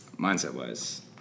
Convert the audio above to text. Mindset-wise